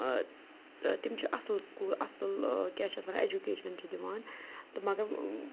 تِم چھِ اَصٕل سکوٗل اَصٕل کیٛاہ چھِ اَتھ وَنان اٮ۪جوکیشَن چھِ دِوان تہٕ مگر